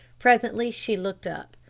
presently she looked up.